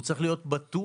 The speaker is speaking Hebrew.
הוא צריך להיות בטוח,